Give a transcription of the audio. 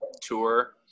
tour